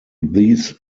these